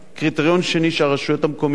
קריטריון שני שהרשויות המקומיות,